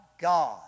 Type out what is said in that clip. God